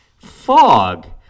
fog